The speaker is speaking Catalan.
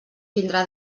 tindrà